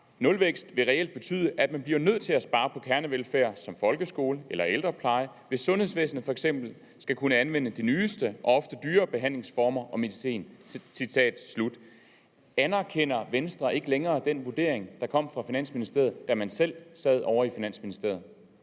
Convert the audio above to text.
Nulvækst vil reelt betyde, at man bliver nødt til at spare på kernevelfærd som folkeskole eller ældrepleje, hvis sundhedsvæsenet f.eks. skal kunne anvende de nyeste og ofte dyre behandlingsformer og medicin. Anerkender Venstre ikke længere den vurdering, der kom fra Finansministeriet, da man selv sad ovre i Finansministeriet?